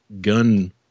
gun